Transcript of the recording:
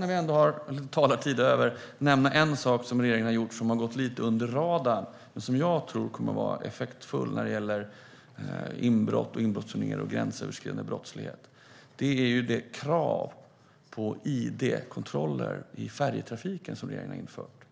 När vi ändå har talartid över vill jag nämna en sak som regeringen har gjort som har gått lite under radarn men som jag tror kommer att vara effektfull när det gäller inbrott, inbrottsturnéer och gränsöverskridande brottslighet. Det är det krav på id-kontroller i färjetrafiken som regeringen har infört.